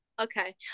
okay